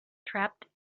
trapped